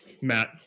Matt